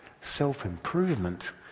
self-improvement